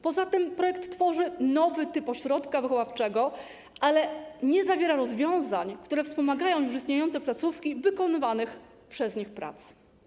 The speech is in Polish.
Poza tym projekt tworzy nowy typ ośrodka wychowawczego, ale nie zawiera rozwiązań, które wspomagają już istniejące placówki w wykonywanych przez nie pracach.